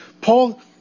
Paul